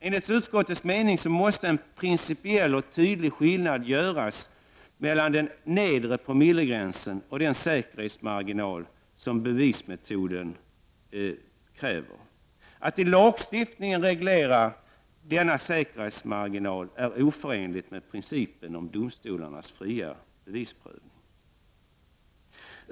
Enligt utskottets mening måste en principiell och tydlig skillnad göras mellan den nedre promillegränsen och den säkerhetsmarginal som bevismetoden kräver. Att i lagstiftningen reglera denna säkerhetsmarginal är oförenligt med principen om domstolarnas fria bevisprövning.